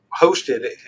hosted